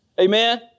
Amen